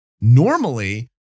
Normally